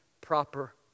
proper